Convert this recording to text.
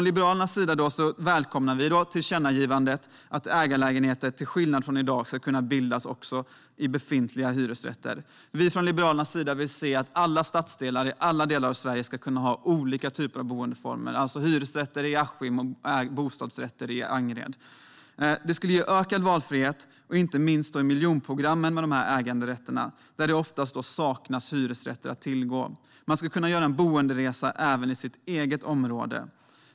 Liberalerna välkomnar vi tillkännagivandet att ägarlägenheter till skillnad från i dag ska kunna bildas också i befintliga hyresrätter. Vi vill se att alla stadsdelar i alla delar av Sverige ska kunna ha olika typer av boendeformer, alltså hyresrätter i Askim och bostadsrätter i Angered. Äganderätter skulle ge ökad valfrihet, inte minst i miljonprogramsområdena där det oftast saknas annat än hyresrätter att tillgå. Man ska kunna göra en boenderesa även i sitt eget område.